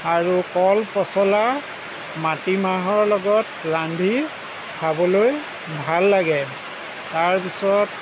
আৰু কল পচলা মাটিমাহৰ লগত ৰান্ধি খাবলৈ ভাল লাগে তাৰ পিছত